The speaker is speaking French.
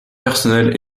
personnel